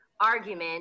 argument